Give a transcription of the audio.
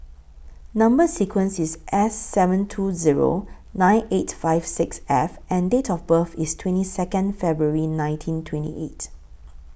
Number sequence IS S seven two Zero nine eight five six F and Date of birth IS twenty Second February nineteen twenty eight